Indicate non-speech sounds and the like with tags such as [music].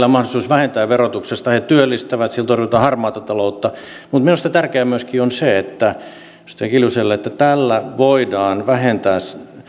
[unintelligible] on mahdollisuus vähentää verotuksesta työllistävät sillä torjutaan harmaata taloutta mutta minusta tärkeää myöskin on se edustaja kiljuselle että tällä voidaan vähentää